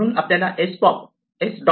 म्हणून आपल्याला फक्त s